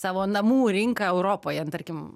savo namų rinką europoje tarkim